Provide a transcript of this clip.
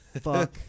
fuck